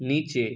নিচে